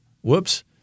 whoops